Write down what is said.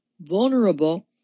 vulnerable